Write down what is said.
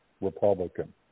Republican